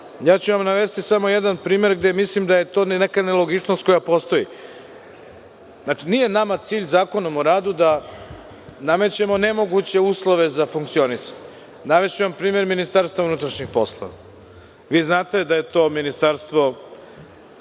vam samo jedan primer gde mislim da je to neka nelogičnost koja postoji. Nije nama cilj da Zakonom o radu namećemo nemoguće uslove za funkcionisanje. Navešću vam primer Ministarstva unutrašnjih poslova. Vi znate da je to ministarstvo